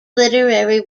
literary